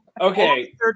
okay